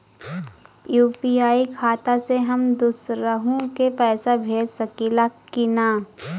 UPI खाता से हम दुसरहु के पैसा भेज सकीला की ना?